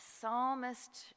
psalmist